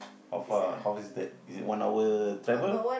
how far how far is that is it one hour travel